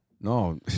No